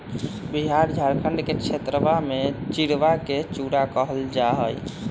बिहार झारखंड के क्षेत्रवा में चिड़वा के चूड़ा कहल जाहई